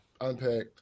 unpacked